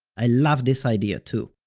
i love this idea too.